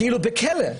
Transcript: זה כמו כלא.